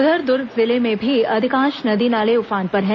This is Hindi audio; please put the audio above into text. उधर दुर्ग जिले में भी अधिकांश नदी नाले उफान पर हैं